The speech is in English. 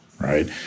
right